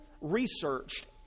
researched